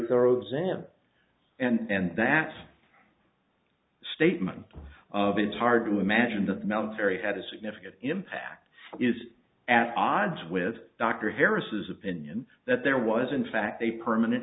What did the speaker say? thorough exam and that's statement of it's hard to imagine that the military had a significant impact is at odds with dr harris's opinion that there was in fact a permanent